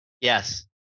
Yes